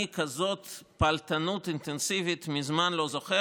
אני, כזאת פעלתנות אינטנסיבית מזמן לא זוכר.